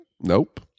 Nope